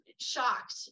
shocked